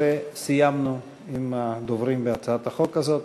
בזה סיימנו עם הדוברים בהצעת החוק הזאת.